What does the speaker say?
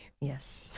Yes